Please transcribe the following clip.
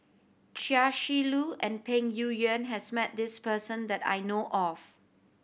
Chia Shi Lu and Peng Yuyun has met this person that I know of